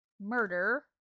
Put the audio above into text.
murder